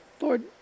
Lord